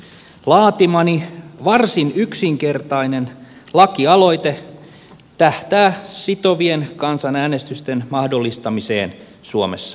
laatimani varsin yksinkertainen lakialoite tähtää sitovien kansanäänestysten mahdollistamiseen suomessa